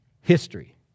history